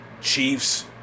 Chiefs